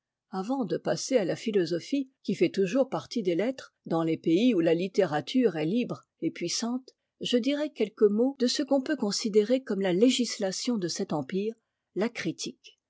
avant de passer à la philosophie qui fait toujours partie des lettres dans les pays où la littérature est libre et puissante je dirai quelques mots de ce qu'on peut considérer comme la législation de cet empire la critique